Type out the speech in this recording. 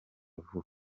vuba